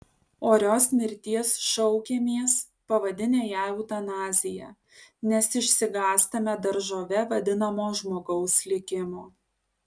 orios mirties šaukiamės pavadinę ją eutanazija nes išsigąstame daržove vadinamo žmogaus likimo